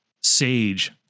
sage